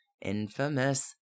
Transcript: infamous